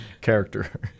character